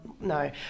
No